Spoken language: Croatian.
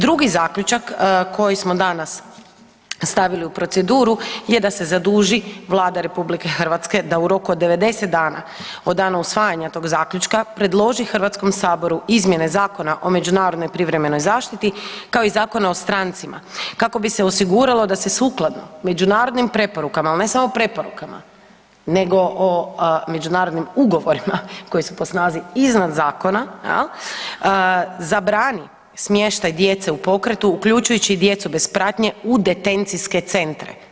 Drugi zaključak koji smo danas stavili u proceduru je da se zaduži Vlada RH da u roku 90 dana od dana usvajanja tog zaključka predloži HS-u izmjene Zakona o međunarodnoj privremenoj zaštiti kao i Zakona o strancima kako bi se osiguralo da se sukladno međunarodnim preporukama, ali ne samo preporukama nego o međunarodnim ugovorima koji su po snazi iznad zakona, zabrani smještaj djece u pokretu uključujući i djecu bez pratnje u detencijske centre.